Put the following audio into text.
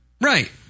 Right